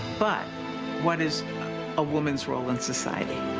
but what is a woman's role in society?